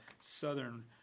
southern